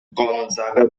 gonzaga